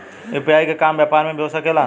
UPI के काम व्यापार में भी हो सके ला?